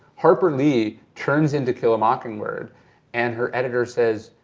harper lee turns in to kill a mockingbird and her editor says,